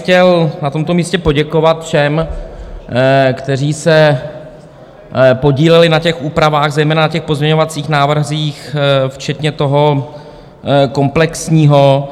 Chtěl bych na tomto místě poděkovat všem, kteří se podíleli na těch úpravách, zejména pozměňovacích návrzích včetně toho komplexního.